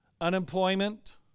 unemployment